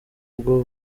ubwo